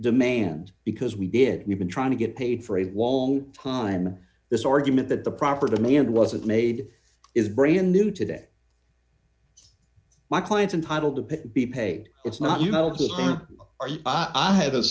demands because we did we've been trying to get paid for a long time this argument that the proper demand wasn't made is brand new today my client's entitle to be paid it's not you are you i have